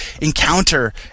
encounter